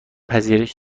پذیرش